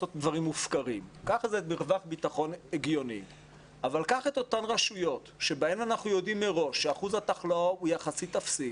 קחו את הרשויות שבהן אחוז התחלואה הוא יחסית נמוך.